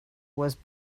was